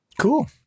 Cool